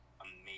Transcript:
amazing